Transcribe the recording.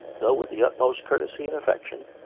though with the utmost courtesy and affection,